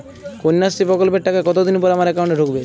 কন্যাশ্রী প্রকল্পের টাকা কতদিন পর আমার অ্যাকাউন্ট এ ঢুকবে?